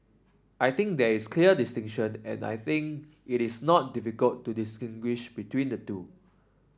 I think there is clear distinction and I think it is not difficult to distinguish between the two